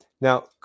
Now